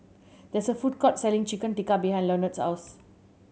there is a food court selling Chicken Tikka behind Leonard's house